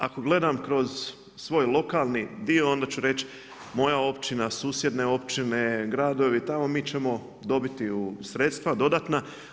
Ako gledam kroz svoj lokalni dio, onda ću reći moja općina, susjedne općine, gradovi tamo mi ćemo dobiti sredstva dodatna.